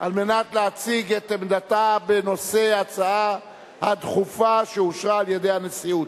על מנת להציג את עמדתה בנושא ההצעה הדחופה שאושרה על-ידי הנשיאות.